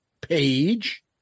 page